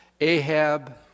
Ahab